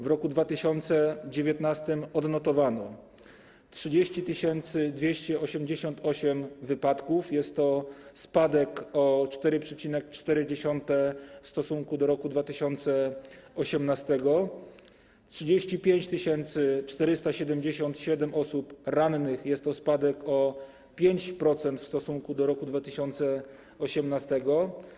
W roku 2019 odnotowano: 30 288 wypadków - jest to spadek o 4,4% w stosunku do roku 2018, 35 477 osób rannych - jest to spadek o 5% w stosunku do roku 2018.